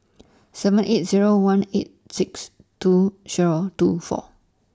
seven eight Zero one eight six two Zero two four